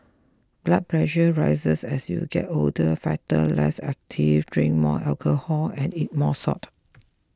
blood pressure rises as you get older fatter less active drink more alcohol and eat more salt